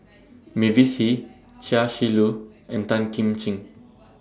Mavis Hee Chia Shi Lu and Tan Kim Ching